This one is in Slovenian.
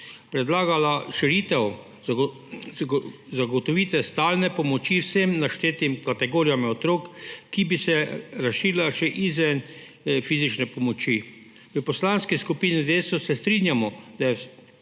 predlagala širitev zagotovitve stalne pomoči vsem naštetim kategorijam otrok, ki bi se razširila še izven fizične pomoči. V Poslanski skupini Desus se strinjamo, da je za